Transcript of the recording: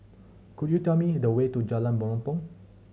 could you tell me the way to Jalan Mempurong